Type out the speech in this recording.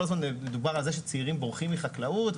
כל הזמן מדובר על זה שצעירים בורחים מחקלאות,